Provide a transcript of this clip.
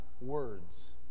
words